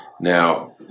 Now